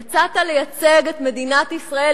יצאת לייצג את מדינת ישראל,